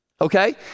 okay